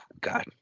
god